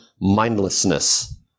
mindlessness